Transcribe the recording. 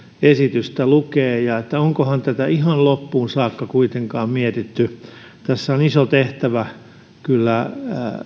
esitystä lukee että onkohan tätä ihan loppuun saakka kuitenkaan mietitty tässä on iso tehtävä kyllä